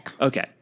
Okay